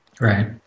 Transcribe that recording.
Right